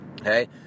okay